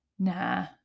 nah